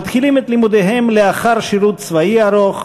מתחילים את לימודיהם לאחר שירות צבאי ארוך,